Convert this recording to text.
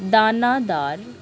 দানাদার